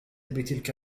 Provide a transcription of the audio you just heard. بتلك